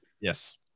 Yes